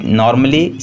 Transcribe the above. normally